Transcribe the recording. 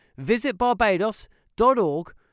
visitbarbados.org